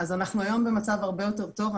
אז היום אנחנו במצב הרבה יותר טוב.